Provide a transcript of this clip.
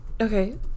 okay